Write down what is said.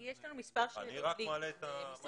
אני רק מעלה את מה שהתפרסם עכשיו.